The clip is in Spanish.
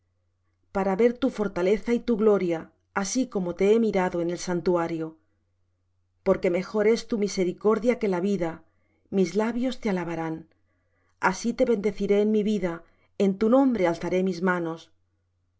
para ver tu fortaleza y tu gloria así como te he mirado en el santuario porque mejor es tu misericordia que la vida mis labios te alabarán así te bendeciré en mi vida en tu nombre alzaré mis manos